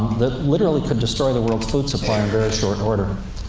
that literally could destroy the world's food supply in very short order.